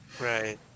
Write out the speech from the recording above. right